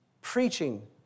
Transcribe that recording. preaching